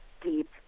deep